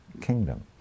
kingdom